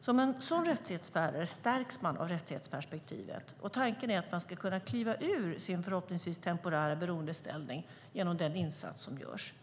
Som en sådan rättighetsbärare stärks man av rättighetsperspektivet. Tanken är att man ska kunna kliva ur sin förhoppningsvis temporära beroendeställning tack vare den insats som görs.